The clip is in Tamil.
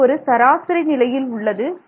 எடை ஒரு சராசரி நிலையில் உள்ளது